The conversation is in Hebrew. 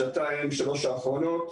בשנתיים- שלוש האחרונות.